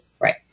Right